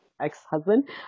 ex-husband